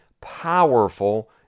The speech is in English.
powerful